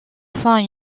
fois